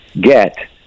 get